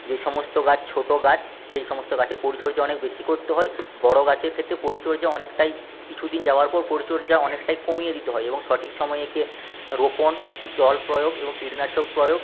যে সমস্ত গাছ ছোটো গাছ সেইসমস্ত গাছে পরিচর্যা অনেক বেশি করতে হয় বড়ো গাছের ক্ষেত্রে পরিচর্যা অনেকটাই কিছুদিন যাবার পর পরিচর্যা অনেকটাই কমিয়ে দিতে হয় এবং সঠিক সময়ে একে রোপণ জল প্রয়োগ এবং কীটনাশক প্রয়োগ